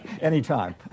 Anytime